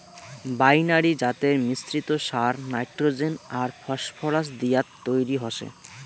binary জাতের মিশ্রিত সার নাইট্রোজেন আর ফসফরাস দিয়াত তৈরি হসে